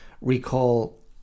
recall